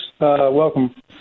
Welcome